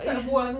tak buang